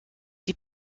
die